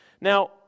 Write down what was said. Now